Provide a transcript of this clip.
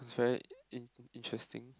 it was very in~ interesting